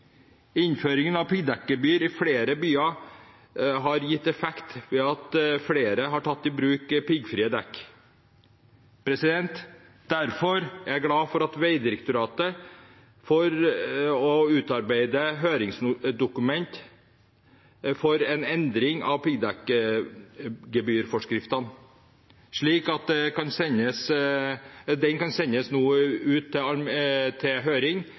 Innføringen av piggdekkgebyr i flere byer har gitt effekt ved at flere har tatt i bruk piggfrie dekk. Derfor er jeg glad for at Vegdirektoratet utarbeider et høringsdokument for en endring av piggdekkgebyrforskriften, slik at den nå kan sendes ut på høring, at vi kanskje får en forenkling og byene kan